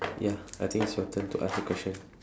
ya I think it's your turn to ask a question